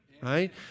right